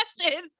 question